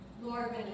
Lord